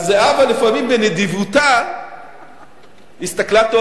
אז זהבה לפעמים בנדיבותה הסתכלה טוב,